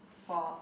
for